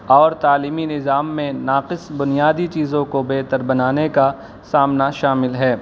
اور تعلیمی ںظام میں ناقص بنیادی چیزوں کو بہتر بنانے کا سامنا شامل ہے